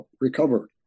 recover